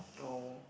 oh